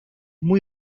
muy